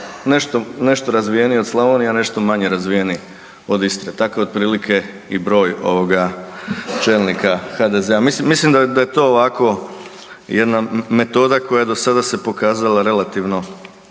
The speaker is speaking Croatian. nešto razvijeniji od Slavonije, a nešto manje razvijeniji od Istre, takav je otprilike i broj ovoga čelnika HDZ-a. Mislim da je to ovako jedna metoda koja do sada se pokazala relativno